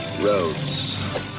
roads